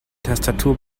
tastatur